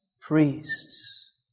priests